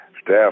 staff